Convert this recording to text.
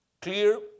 clear